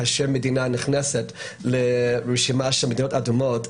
כאשר מדינה נכנסת לרשימה של מדינות אדומות,